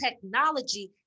technology